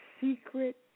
secret